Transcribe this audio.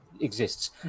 exists